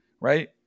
right